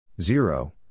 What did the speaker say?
Zero